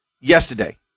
yesterday